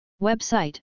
Website